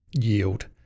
yield